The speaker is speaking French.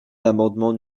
l’amendement